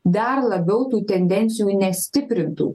dar labiau tų tendencijų nestiprintų